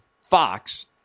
Fox